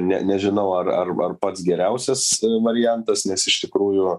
ne nežinau ar ar ar pats geriausias variantas nes iš tikrųjų